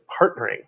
partnering